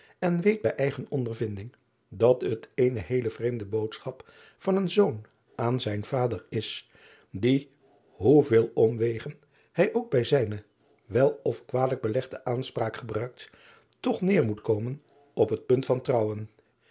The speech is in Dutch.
en weet bij eigen ondervinding dat het eene heele vreemde boodschap van een zoon aan zijn vader is die hoeveel omwegen hij ook bij zijne wel of kwalijk belegde aanspraak gebruikt toch neêr moet komen op het punt van trouwen